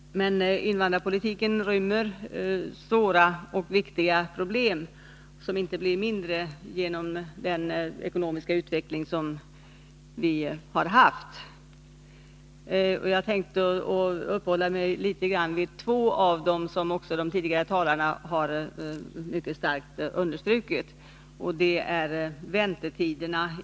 Men invandrarpolitiken rymmer svåra och viktiga problem, som inte blivit mindre genom den ekonomiska utveckling som vi har haft. Jag tänkte uppehålla mig litet vid två av dem, som mycket starkt understrukits av de tidigare talarna.